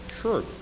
Sure